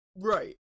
Right